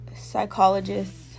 psychologists